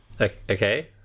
Okay